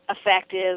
effective